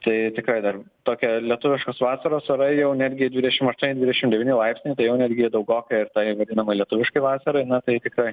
tai tikrai dar tokia lietuviškos vasaros orai jau netgi dvidešim aštuoni dvidešim devyni laipsniai tai jau netgi daugoka ir tai vadinamai lietuviškai vasarai na tai tikrai